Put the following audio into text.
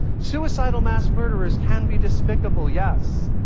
suicidal mass murderers can be despicable, yes,